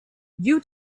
you